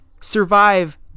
survive